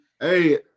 Hey